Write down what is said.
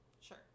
sure